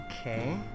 Okay